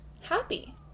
happy